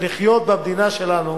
לחיות, במדינה שלנו